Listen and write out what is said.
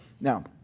Now